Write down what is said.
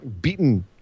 beaten